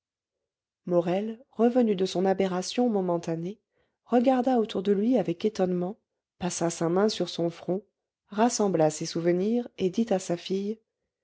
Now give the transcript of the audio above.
morel revenu de son aberration momentanée regarda autour de lui avec étonnement passa sa main sur son front rassembla ses souvenirs et dit à sa fille